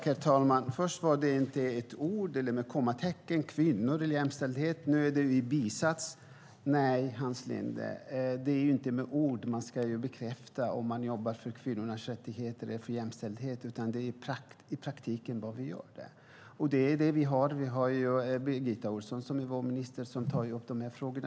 Herr talman! Först hette det att kvinnor och jämställdhet inte berördes med ett ord eller ett kommatecken. Nu handlar det om bisatser. Nej, Hans Linde, det är inte med ord man ska bekräfta om man jobbar för kvinnors rättigheter eller för jämställdhet. Det handlar om vad vi gör i praktiken. Vi har Birgitta Ohlsson, som är vår minister och som tar upp dessa frågor.